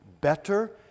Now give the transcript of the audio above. better